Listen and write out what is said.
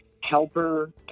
helper